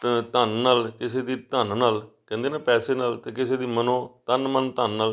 ਤ ਧਨ ਨਾਲ ਕਿਸੇ ਦੀ ਧਨ ਨਾਲ ਕਹਿੰਦੇ ਨਾ ਪੈਸੇ ਨਾਲ ਅਤੇ ਕਿਸੇ ਦੀ ਮਨੋ ਤਨ ਮਨ ਧਨ ਨਾਲ